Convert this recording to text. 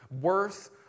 worth